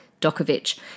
Dokovic